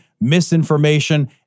misinformation